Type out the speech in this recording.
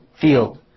field